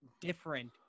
different